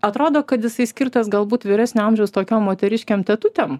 atrodo kad jisai skirtas galbūt vyresnio amžiaus tokiom moteriškėm tetutėm